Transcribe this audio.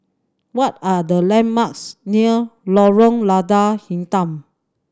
what are the landmarks near Lorong Lada Hitam